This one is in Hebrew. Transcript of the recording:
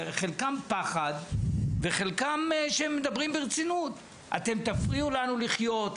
חלקם פחד וחלקם שמדברים ברצינות: אתם תפריעו לנו לחיות,